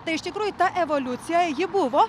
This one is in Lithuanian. tai iš tikrųjų ta evoliucija ji buvo